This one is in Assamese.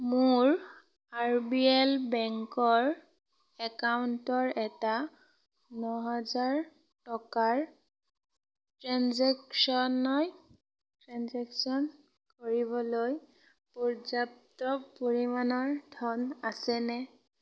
মোৰ আৰ বি এল বেংকৰ একাউণ্টৰ এটা ন হাজাৰ টকাৰ ট্ৰেঞ্জেকশ্য়নাই ট্ৰেঞ্জেকশ্য়ন কৰিবলৈ পৰ্যাপ্ত পৰিমাণৰ ধন আছেনে